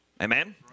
Amen